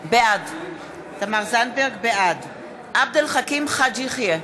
בעד עבד אל חכים חאג' יחיא,